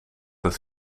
uit